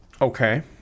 Okay